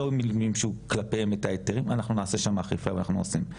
לא מימשו כלפיהן את ההיתרים אנחנו נעשה שם אכיפה ואנחנו עושים.